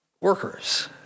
workers